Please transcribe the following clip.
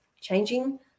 Changing